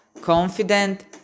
confident